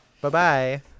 Bye-bye